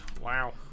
Wow